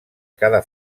cada